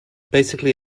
basically